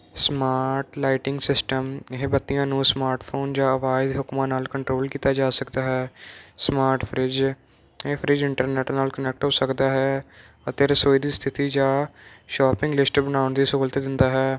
smart lighting system ਇਹ ਬੱਤੀਆਂ ਨੂੰ ਸਮਾਰਟਫੋਨ ਜਾਂ ਆਵਾਜ਼ ਹੁਕਮਾਂ ਨਾਲ ਕੰਟਰੋਲ ਕੀਤਾ ਜਾ ਸਕਦਾ ਹੈ ਸਮਾਰਟ ਫ੍ਰਿਜ ਇਹ ਫਰਿੱਜ ਇੰਟਰਨੈਟ ਨਾਲ ਕਨੈਕਟ ਹੋ ਸਕਦਾ ਹੈ ਅਤੇ ਰਸੋਈ ਦੀ ਸਥਿਤੀ ਜਾਂ ਸ਼ਾਪਿੰਗ ਲਿਸਟ ਬਣਾਉਣ ਦੀ ਸਹੂਲਤ ਦਿੰਦਾ ਹੈ